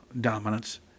dominance